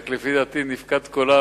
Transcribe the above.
לפי דעתי, נפקד קולם